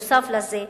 נוסף על זה,